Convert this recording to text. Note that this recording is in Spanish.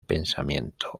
pensamiento